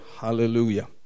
Hallelujah